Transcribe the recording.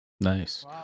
Nice